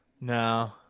No